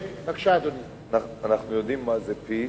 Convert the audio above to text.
אנחנו יודעים מה זה peace,